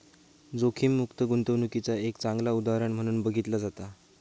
जोखीममुक्त गुंतवणूकीचा एक चांगला उदाहरण म्हणून बघितला जाता